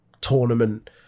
tournament